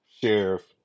sheriff